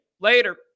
Later